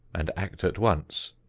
and act at once.